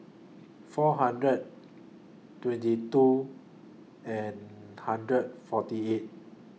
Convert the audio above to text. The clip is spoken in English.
four hundred twenty two and hundred forty eight